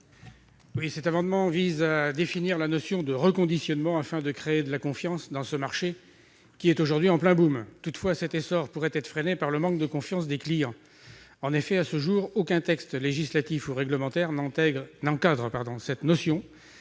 Cet amendement vise à définir la notion de reconditionnement, afin de créer de la confiance sur un marché en plein, mais dont l'essor pourrait être freiné par le manque de confiance des clients. En effet, à ce jour, aucun texte législatif ou réglementaire n'encadre cette notion,